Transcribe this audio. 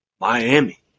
Miami